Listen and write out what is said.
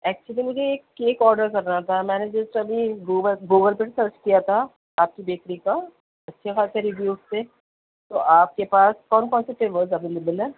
actually مجھے ایک cake order کرنا تھا میں نے جسٹ ابھی گوگا گوگل پر سرچ کیا تھا آپ کی بیکری کا اچھے خاصے ریویوز تھے تو آپ کے پاس کون کون سے فلیورس اویلیبل ہیں